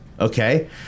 Okay